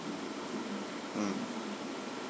mm